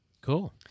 Cool